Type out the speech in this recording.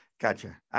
Gotcha